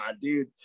dude